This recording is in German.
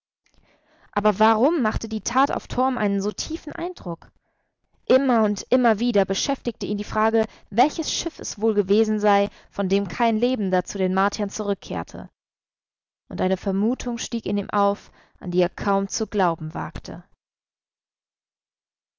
aber warum machte die tat auf torm einen so tiefen eindruck immer und immer wieder beschäftigte ihn die frage welches schiff es wohl gewesen sei von dem kein lebender zu den martiern zurückkehrte und eine vermutung stieg in ihm auf an die er kaum zu glauben wagte